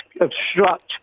obstruct